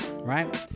right